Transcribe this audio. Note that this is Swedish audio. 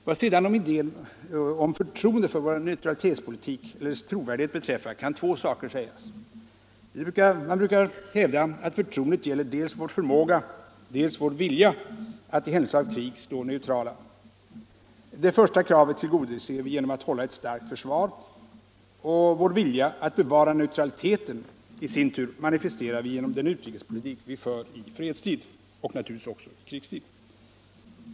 Vad sedan idén om förtroende för vår neutralitetspolitik eller dess trovärdighet beträffar kan två saker sägas. Det brukar sägas att förtroendet gäller dels vår förmåga, dels vår vilja att i händelse av krig stå neutrala. Det första kravet tillgodoser vi genom att hålla ett starkt försvar. Vår vilja att bevara neutraliteten i sin tur manifesterar vi genom den utrikespolitik vi för i fredstid och naturligtvis också i krigstid.